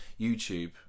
YouTube